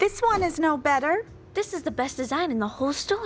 this one is no better this is the best design in the whole st